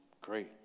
Great